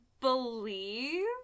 believe